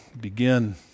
begin